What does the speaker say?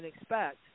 expect